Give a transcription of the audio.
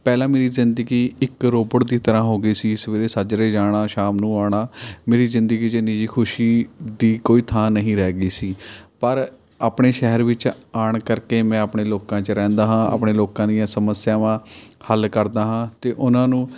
ਪਹਿਲਾਂ ਮੇਰੀ ਜ਼ਿੰਦਗੀ ਇੱਕ ਰੌਬਟ ਦੀ ਤਰ੍ਹਾਂ ਹੋ ਗਈ ਸੀ ਸਵੇਰੇ ਸਾਜਰੇ ਜਾਣਾ ਸ਼ਾਮ ਨੂੰ ਆਉਣਾ ਮੇਰੀ ਜ਼ਿੰਦਗੀ 'ਚ ਇੰਨੀ ਜੀ ਖੁਸ਼ੀ ਦੀ ਕੋਈ ਥਾਂ ਨਹੀਂ ਰਹਿ ਗਈ ਸੀ ਪਰ ਆਪਣੇ ਸ਼ਹਿਰ ਵਿੱਚ ਆਉਣ ਕਰਕੇ ਮੈਂ ਆਪਣੇ ਲੋਕਾਂ 'ਚ ਰਹਿੰਦਾ ਹਾਂ ਆਪਣੇ ਲੋਕਾਂ ਦੀਆਂ ਸਮੱਸਿਆਵਾਂ ਹੱਲ ਕਰਦਾ ਹਾਂ ਅਤੇ ਉਹਨਾਂ ਨੂੰ